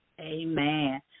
Amen